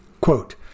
Quote